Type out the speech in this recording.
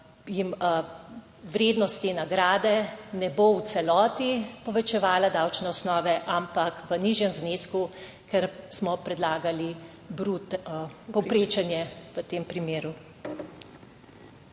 jim vrednost te nagrade ne bo v celoti povečevala davčne osnove, ampak v nižjem znesku, ker smo predlagali bruto, povprečen je v tem primeru.